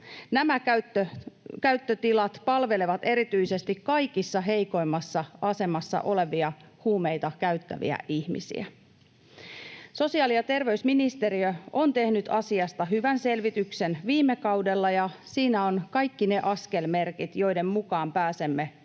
Nämä käyttötilat palvelevat erityisesti kaikkein heikoimmassa asemassa olevia, huumeita käyttäviä ihmisiä. Sosiaali- ja terveysministeriö on tehnyt asiasta hyvän selvityksen viime kaudella, ja siinä ovat kaikki ne askelmerkit, joiden mukaan pääsemme